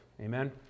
Amen